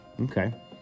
Okay